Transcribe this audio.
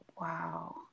Wow